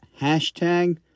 hashtag